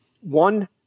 One